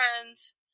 friends